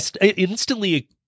instantly